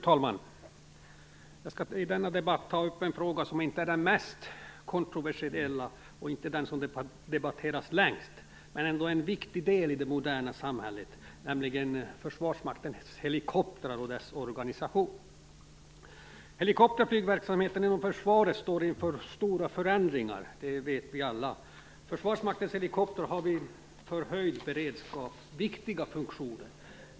Fru talman! Jag skall i denna debatt ta upp en fråga som inte är den mest kontroversiella och som inte är den som har debatterats längst. Det gäller ändå en viktig del i det moderna samhället, nämligen Försvarsmaktens helikoptrar och deras organisation. Helikopterflygverksamheten inom Försvaret står inför stora förändringar; det vet vi alla. Försvarsmaktens helikoptrar har vid förhöjd beredskap viktiga funktioner.